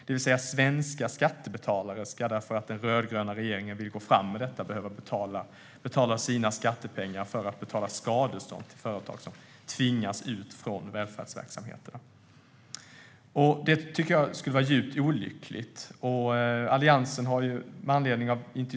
Det vill säga att svenska skattebetalare ska med sina skattepengar behöva betala skadestånd till företag som tvingas ut från välfärdsverksamheten därför att den rödgröna regeringen vill gå fram med detta. Det tycker jag skulle vara djupt olyckligt.